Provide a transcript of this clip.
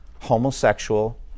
homosexual